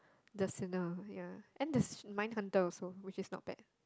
the Sinner ya and the Mindhunter also which is not bad